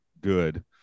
Good